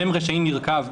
שם רשעים יירקב,